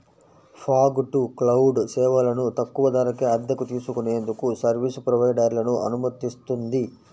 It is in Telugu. ఫాగ్ టు క్లౌడ్ సేవలను తక్కువ ధరకే అద్దెకు తీసుకునేందుకు సర్వీస్ ప్రొవైడర్లను అనుమతిస్తుంది